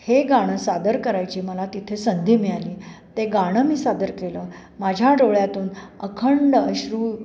हे गाणं सादर करायची मला तिथे संधी मिळाली ते गाणं मी सादर केलं माझ्या डोळ्यातून अखंड अश्रू